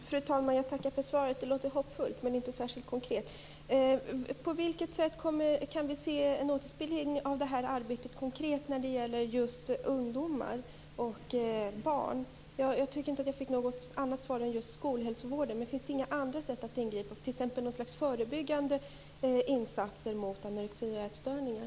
Fru talman! Jag tackar för svaret. Det låter hoppfullt, men inte särskilt konkret. På vilket sätt kan vi se en konkret återspegling av det här arbetet när det gäller just ungdomar och barn? Jag tycker inte jag fick något annat svar än en hänvisning till skolhälsovården. Finns det inget annat sätt att ingripa, t.ex. något slags förebyggande insatser mot anorexia och andra ätstörningar?